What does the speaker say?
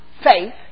faith